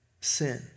sin